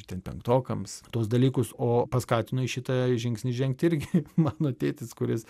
ten penktokams tuos dalykus o paskatino į šitą žingsnį žengti irgi mano tėtis kuris